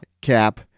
Cap